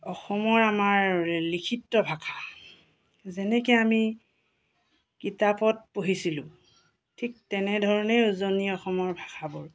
অসমৰ আমাৰ লিখিত ভাষা যেনেকৈ আমি কিতাপত পঢ়িছিলোঁ ঠিক তেনেধৰণেই উজনি অসমৰ ভাষাবোৰ